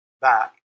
back